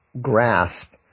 grasp